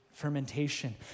Fermentation